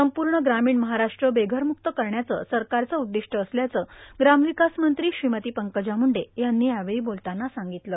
संपूर्ण ग्रामीण महाराष्ट्र बेघरमुक्त करण्याचं सरकारचं उद्दिष्ट असल्याचं ग्रामविकासमंत्री श्रीमती पंकजा मुंडे यांनी यावेळी बोलताना सांगितलं